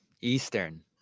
Eastern